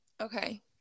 Okay